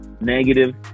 negative